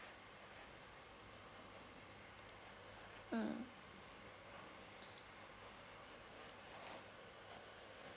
mm